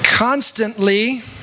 constantly